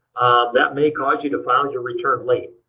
that may cause you to file your return late.